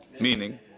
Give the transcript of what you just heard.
Meaning